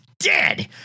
Dead